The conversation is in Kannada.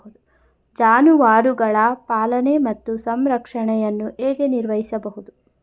ಜಾನುವಾರುಗಳ ಪಾಲನೆ ಮತ್ತು ಸಂರಕ್ಷಣೆಯನ್ನು ಹೇಗೆ ನಿರ್ವಹಿಸಬಹುದು?